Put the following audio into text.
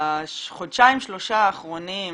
בחודשיים-שלושה האחרונים,